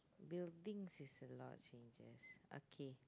buildings is a lot of changes okay